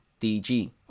DG